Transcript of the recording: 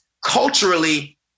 culturally